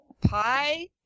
Pie